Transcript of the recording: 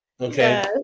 Okay